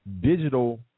digital